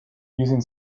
using